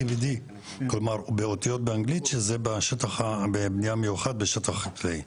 C ו-D שזה בבנייה מיוחד בשטח חקלאי.